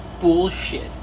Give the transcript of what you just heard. Bullshit